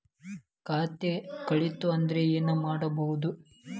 ಖಾತೆ ಕಳಿತ ಅಂದ್ರೆ ಏನು ಮಾಡೋದು?